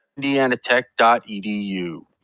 indianatech.edu